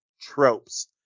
tropes